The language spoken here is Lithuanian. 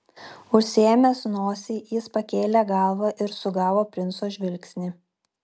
užsiėmęs nosį jis pakėlė galvą ir sugavo princo žvilgsnį